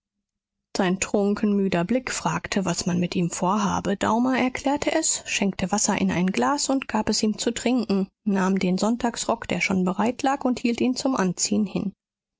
sein trunken müder blick fragte was man mit ihm vorhabe daumer erklärte es schenkte wasser in ein glas und gab es ihm zu trinken nahm den sonntagsrock der schon bereitlag und hielt ihn zum anziehen hin